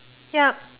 yup